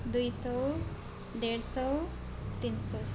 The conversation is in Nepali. दुई सय डेढ सय तिन सय